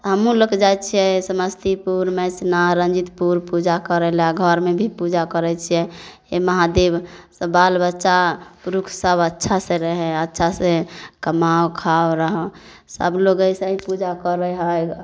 हमहूँ लऽ कऽ जाइ छिए समस्तीपुर मैसिना रनजीतपुर पूजा करैलए घरमे भी पूजा करै छिए हे महादेव बालबच्चा पुरुखसभ अच्छा से रहै अच्छा से कमाउ खाउ रहौँ सभलोक अइसेहि पूजा करै हइ